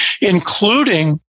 including